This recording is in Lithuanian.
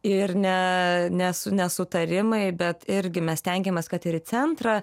ir ne nes nesutarimai bet irgi mes stengiamės kad ir į centrą